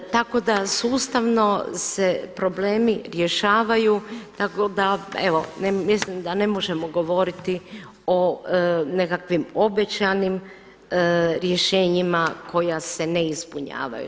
Tako da sustavno se problemi rješavaju, tako da evo mislim da ne možemo govoriti o nekakvim obećanim rješenjima koja se ne ispunjavaju.